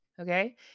Okay